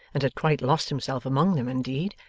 and had quite lost himself among them indeed,